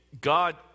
God